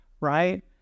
right